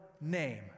name